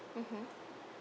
mmhmm